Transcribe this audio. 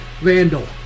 Vandal